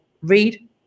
read